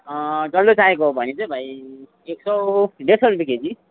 डल्लै चाहिएको हो भने चाहिँ भाइ एक सय डेढ सय रुपियाँ केजी